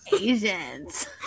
Asians